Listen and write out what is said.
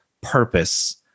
purpose